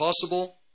possible